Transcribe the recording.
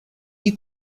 die